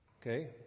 okay